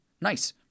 Nice